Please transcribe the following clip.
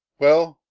well,